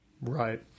Right